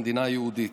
המדינה היהודית.